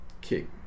kick